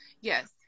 yes